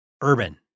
urban